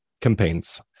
campaigns